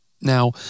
Now